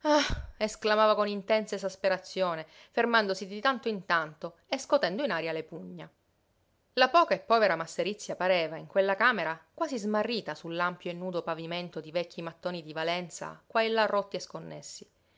esclamava con intensa esasperazione fermandosi di tanto in tanto e scotendo in aria le pugna la poca e povera masserizia pareva in quella camera quasi smarrita su l'ampio e nudo pavimento di vecchi mattoni di valenza qua e là rotti e sconnessi